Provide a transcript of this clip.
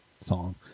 song